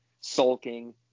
sulking